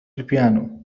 البيانو